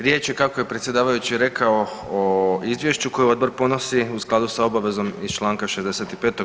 Riječ je kako je predsjedavajući rekao, o izvješću koje odbor podnosi sa u skladu sa obavezom iz čl. 65.